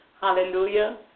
Hallelujah